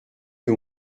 que